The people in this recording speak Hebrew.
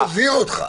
אלי, אני מזהיר אותך.